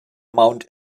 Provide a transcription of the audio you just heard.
mount